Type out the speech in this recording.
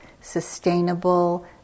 sustainable